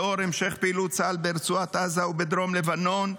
לאור המשך פעילות צה"ל ברצועת עזה ובדרום לבנון,